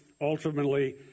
ultimately